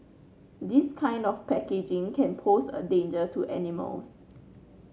this kind of packaging can pose a danger to animals